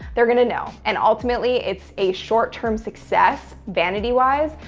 they're going to know. and ultimately it's a short term success vanity wise,